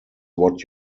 what